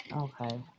Okay